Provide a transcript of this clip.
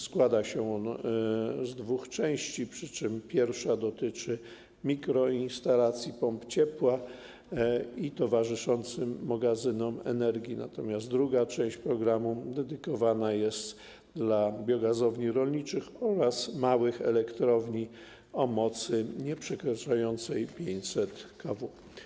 Składa się on z dwóch części, przy czym pierwsza dotyczy mikroinstalacji pomp ciepła i towarzyszącym magazynom energii, natomiast druga część programu dedykowana jest biogazowniom rolniczym oraz małym elektrowniom o mocy nieprzekraczającej 500 kW.